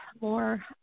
more